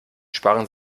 sparen